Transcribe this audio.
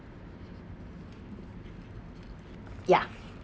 ya